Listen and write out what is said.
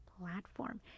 platform